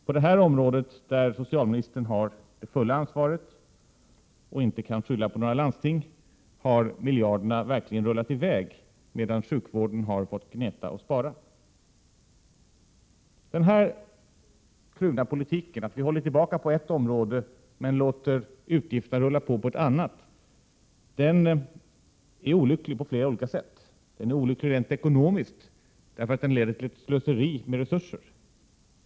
På detta område, där socialministern har det fulla ansvaret och inte kan skylla på landstingen, har miljarderna verkligen rullat i väg medan sjukvården har fått gneta och spara. Denna kluvna politik — att hålla igen på ett område och låta utgifterna rulla på ett annat — är på flera sätt olycklig. Rent ekonomiskt är den olycklig eftersom den leder till ett slöseri med resurser.